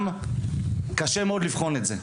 גם קשה מאוד לבחון את זה.